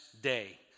day